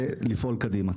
ולפעול קדימה.